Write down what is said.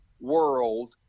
world